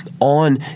on